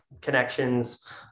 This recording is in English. connections